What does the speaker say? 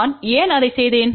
நான் ஏன் அதைச் செய்தேன்